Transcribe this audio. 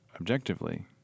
objectively